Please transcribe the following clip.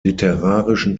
literarischen